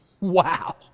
Wow